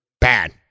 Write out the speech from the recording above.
bad